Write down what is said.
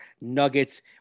Nuggets